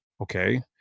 Okay